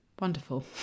wonderful